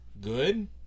good